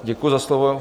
Děkuji za slovo.